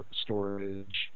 storage